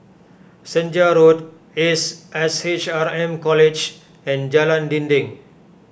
Senja Road Ace S H R M College and Jalan Dinding